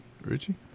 Richie